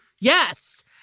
Yes